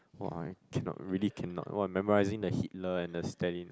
!wah! I cannot really cannot !wah! memorising the Hitler and the Stalin ah